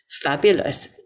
fabulous